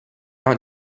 not